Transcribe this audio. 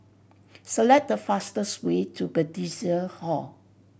select the fastest way to Bethesda Hall